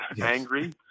angry